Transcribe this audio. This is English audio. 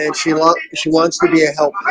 and she wants she wants to be a help